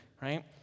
right